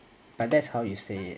but that's how you say it